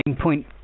point